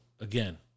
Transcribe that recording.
again